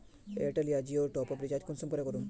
Airtel या जियोर top up recharge कुंसम करे करूम?